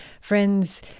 friends